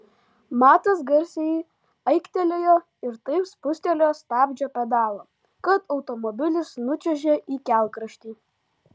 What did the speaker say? matas garsiai aiktelėjo ir taip spustelėjo stabdžio pedalą kad automobilis nučiuožė į kelkraštį